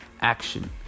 action